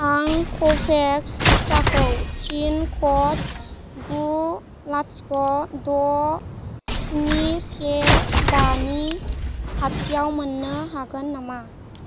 आं कव'भेक्स टिकाखौ पिन क'ड गु लाथिख' द' स्नि से बानि खाथिआव मोन्नो हागोन नामा